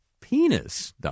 penis